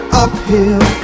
uphill